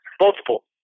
multiple